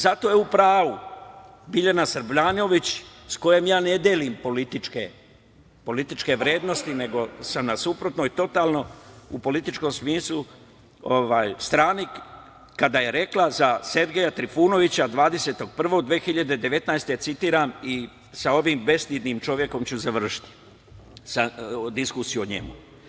Zato je u pravu Biljana Srbljanović, s kojom ja ne delim političke vrednosti nego sam na suprotnoj totalno u političkom smislu strani, kada je rekla za Sergeja Trifunovića 20. januara 2019. godine, citiram i sa ovim bestidnim čovekom ću završiti diskusiju o njemu.